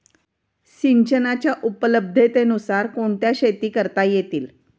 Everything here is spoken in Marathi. सिंचनाच्या उपलब्धतेनुसार कोणत्या शेती करता येतील?